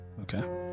okay